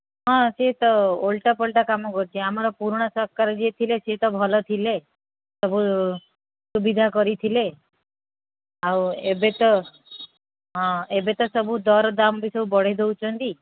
ହଁ ସେଇ ତ ଓଲଟା ପାଲଟା କାମ କରିଛି ଆମର ପୁରୁଣା ସରକାର ଯିଏ ଥିଲେ ସିଏ ତ ଭଲ ଥିଲେ ସବୁ ସୁବିଧା କରିଥିଲେ ଆଉ ଏବେ ତ ହଁ ଏବେ ତ ସବୁ ଦର ଦାମ୍ ବି ସବୁ ବଢ଼ାଇ ଦଉଛନ୍ତି